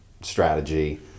strategy